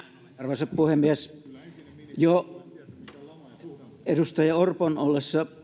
arvoisa puhemies jo edustaja orpon ollessa